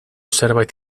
zerbait